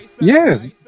yes